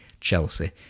Chelsea